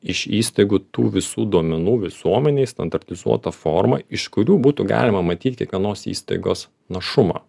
iš įstaigų tų visų duomenų visuomenei standartizuota forma iš kurių būtų galima matyt kiekvienos įstaigos našumą